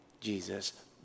Jesus